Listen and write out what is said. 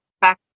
back